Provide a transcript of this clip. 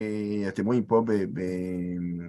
אתם רואים פה ב...